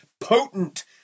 potent